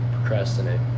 Procrastinate